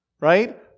right